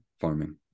farming